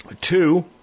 Two